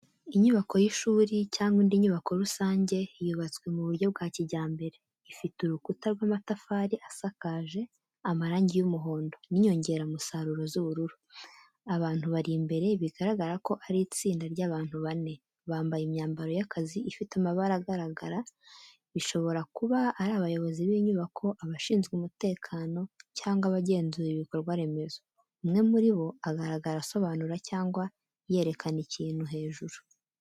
Inyubako y’ishuri cyangwa indi nyubako rusange, yubatswe mu buryo bwa kijyambere, ifite urukuta rw’amatafari asakaje amarangi y’umuhondo n’inyongeramusaruro z’ubururu. Abantu bari imbere bigaragara ko ari itsinda ry’abantu bane, bambaye imyambaro y’akazi ifite amabara agaragara, bishobora kuba ari abayobozi b’inyubako, abashinzwe umutekano cyangwa abagenzura ibikorwa remezo. Umwe muri bo agaragara asobanura cyangwa yerekana ikintu hejuru.